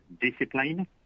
discipline